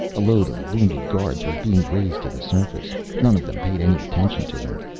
a load of wounded guards was being raised to the surface. none of them paid any attention to him.